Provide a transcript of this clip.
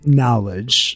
knowledge